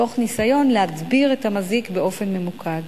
תוך ניסיון להדביר את המזיק באופן ממוקד.